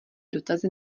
dotazy